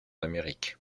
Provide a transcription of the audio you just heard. amérique